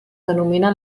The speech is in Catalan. denomina